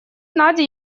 надя